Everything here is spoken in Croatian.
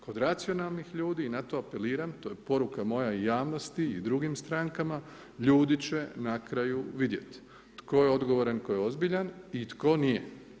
Kod racionalnih ljudi i na to apeliram, to je poruka moja i javnosti i drugim strankama, ljudi će na kraju vidjeti, tko je odgovoran, tko je ozbiljan i tko nije.